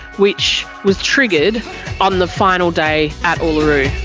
which was triggered on the final day at uluru.